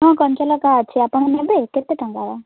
ହଁ କଞ୍ଚାଲଙ୍କା ଅଛି ଆପଣ ନେବେ କେତେ ଟଙ୍କାର